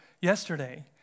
yesterday